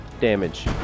damage